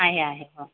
आहे आहे हो